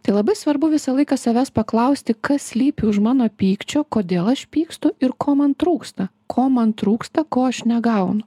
tai labai svarbu visą laiką savęs paklausti kas slypi už mano pykčio kodėl aš pykstu ir ko man trūksta ko man trūksta ko aš negaunu